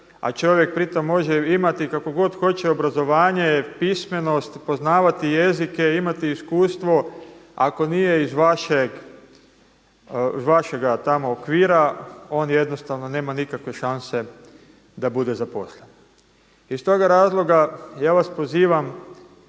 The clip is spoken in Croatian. a čovjek pri tom može imati kakvo god hoće obrazovanje jer pismenost, poznavati jezike i imati iskustvo ako nije iz vašega tamo okvira on jednostavno nema nikakve šanse da bude zaposlen. Iz toga razloga ja vas pozivam